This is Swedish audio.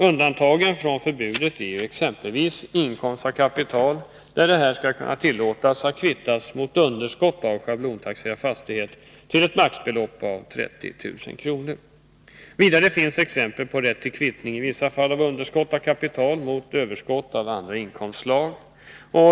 Undantagen från förbudet är t.ex. inkomst av kapital, som skall tillåtas bli kvittad mot underskott av schablontaxerad fastighet till ett maximibelopp om 30 000 kr. Vidare finns exempel på rätt till kvittning i vissa fall av underskott av kapital mot överskott av andra inkomstslag.